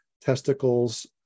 testicles